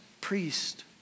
priest